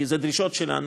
כי אלה דרישות שלנו.